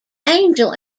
angel